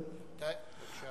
בבקשה.